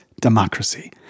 democracy